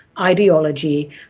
ideology